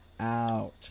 out